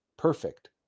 perfect